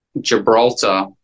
Gibraltar